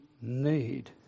need